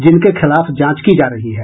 जिनके खिलाफ जांच की जा रही है